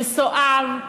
מסואב,